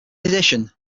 addition